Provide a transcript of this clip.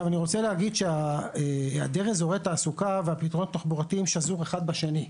אני רוצה לומר שהיעדר אזורי תעסוקה והפתרונות התחבורתיים שזור אחד בשני.